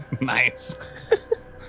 Nice